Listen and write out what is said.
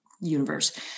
universe